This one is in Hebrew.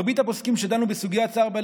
מרבית הפוסקים שדנו בסוגיית צער בעלי